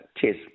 Cheers